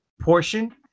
portion